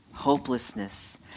Hopelessness